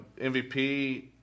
MVP